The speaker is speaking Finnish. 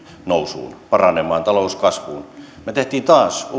nousuun paranemaan talous kasvuun me teimme taas